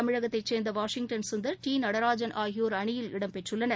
தமிழகத்தைச் சேர்ந்தவாஷிங்டன் சுந்தர் டி நடராஜன் ஆகியோர் அணியில் இடம்பெற்றுள்ளனர்